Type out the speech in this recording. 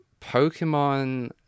Pokemon